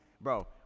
bro